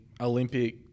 Olympic